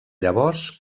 llavors